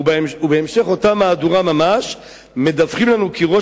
ובהמשך אותה מהדורה ממש מדווחים לנו כי ראש